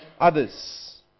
others